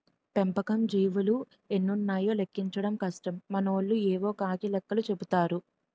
పెంపకం జీవులు ఎన్నున్నాయో లెక్కించడం కష్టం మనోళ్లు యేవో కాకి లెక్కలు చెపుతారు